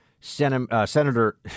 Senator